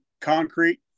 concrete